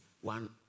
one